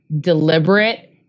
deliberate